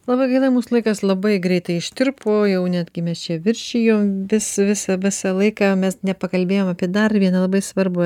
labai gaila mūsų laikas labai greitai ištirpo jau net gi mes čia viršijom vis visa visą laiką mes nepakalbėjom apie dar vieną labai svarbų